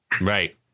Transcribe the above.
Right